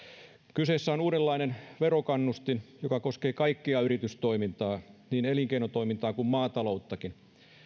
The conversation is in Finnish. kyseessä on uudenlainen verokannustin joka koskee kaikkea yritystoimintaa niin elinkeinotoimintaa kuin maatalouttakin